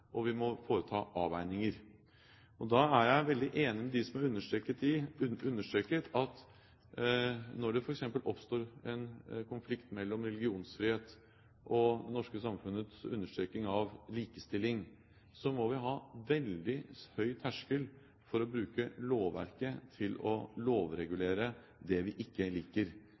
og vi må foreta avveininger. Da er jeg veldig enig med dem som har understreket at når det f.eks. oppstår en konflikt mellom religionsfrihet og det norske samfunnets understreking av likestilling, må vi ha veldig høy terskel for å bruke lovverket til å lovregulere det vi ikke liker.